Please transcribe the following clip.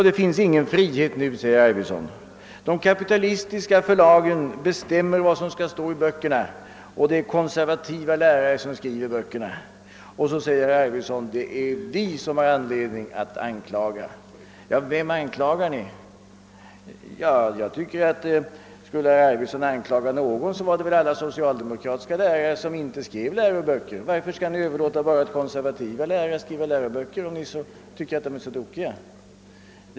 Det finns ingen frihet nu, sade herr Arvidson. De kapitalistiska förlagen bestämmer vad som skall stå i böckerna, det är konservativa lärare som skriver dem, och så sade herr Arvidson: Det är vi som har anledning att anklaga. Ja, vem anklagar ni? Skall herr Arvidson anklaga någon så är det väl alla socialdemokratiska lärare som inte skriver läroböcker. Varför skall ni överlåta åt konservativa lärare att skriva läroböcker, om ni tycker att de är så tokiga?